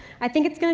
i think its going to